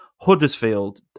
Huddersfield